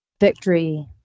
Victory